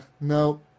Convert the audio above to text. no